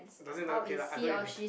does it not okay lah I don't really